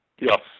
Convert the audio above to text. Yes